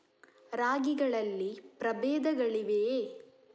ರಾಗಿಗಳಲ್ಲಿ ಪ್ರಬೇಧಗಳಿವೆಯೇ?